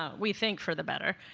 um we think for the better.